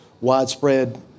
widespread